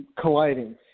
colliding